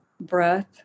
Breath